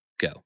Go